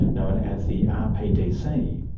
known as the rpdc.